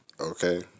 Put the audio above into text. okay